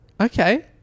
Okay